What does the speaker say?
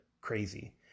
crazy